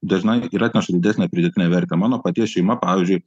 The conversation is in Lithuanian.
dažnai ir atneša didesnę pridėtinę vertę mano paties šeima pavyzdžiui